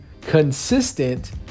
consistent